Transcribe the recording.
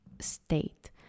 state